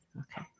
Okay